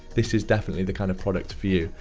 this is definitely the kind of product for you.